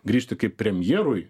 grįžti kaip premjerui